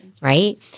right